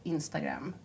Instagram